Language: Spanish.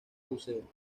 buceo